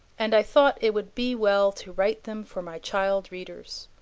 and i thought it would be well to write them for my child-readers.